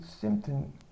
symptom